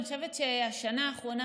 אני חושבת שהשנה האחרונה,